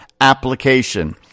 application